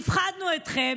הפחדנו אתכם,